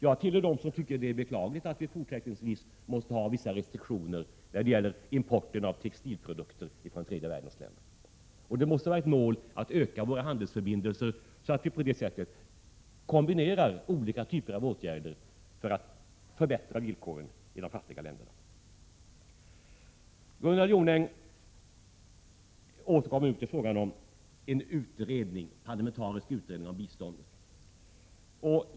Jag tillhör dem som tycker att det är beklagligt att vi fortsättningsvis måste ha vissa restriktioner när det gäller importen av textilprodukter från tredje världens länder. Det måste vara ett mål att öka våra handelsförbindelser så att vi på det sättet kombinerar olika typer av åtgärder för att förbättra villkoren i de fattiga länderna. Gunnel Jonäng återkom till frågan om en parlamentarisk utredning av biståndet.